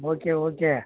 okay okay